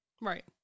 right